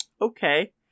okay